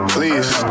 Please